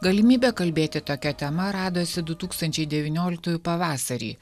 galimybę kalbėti tokia tema radosi du tūkstančiai devynioliktųjų pavasarį